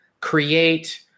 create